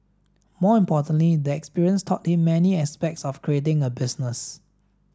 more importantly the experience taught him many aspects of creating a business